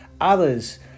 others